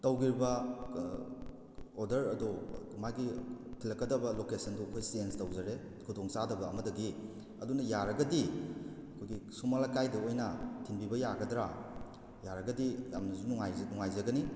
ꯇꯧꯈ꯭ꯔꯤꯕ order ꯑꯗꯣ ꯃꯥꯒꯤ ꯊꯤꯜꯂꯛꯀꯗꯕ ꯂꯣꯀꯦꯁꯟꯗꯨ ꯑꯩꯈꯣꯏ ꯆꯦꯟꯖ ꯇꯧꯖꯔꯦ ꯈꯨꯗꯣꯡ ꯆꯥꯗꯕ ꯑꯃꯗꯒꯤ ꯑꯗꯨꯅ ꯌꯥꯔꯒꯗꯤ ꯑꯩꯈꯣꯏꯒꯤ ꯁꯨꯃꯥꯛ ꯂꯩꯀꯥꯏꯗ ꯑꯣꯏꯅ ꯊꯤꯟꯕꯤꯕ ꯌꯥꯒꯗ꯭ꯔꯥ ꯌꯥꯔꯒꯗꯤ ꯌꯥꯝꯅꯁꯨ ꯅꯨꯡꯉꯥꯏꯖꯒꯅꯤ